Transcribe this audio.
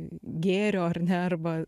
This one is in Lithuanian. gėrio ar ne arba